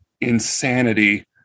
insanity